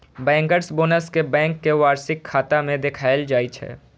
bankers bonus कें bank के वार्षिक खाता मे देखाएल जाइ छै